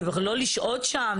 זה לא לשהות שם,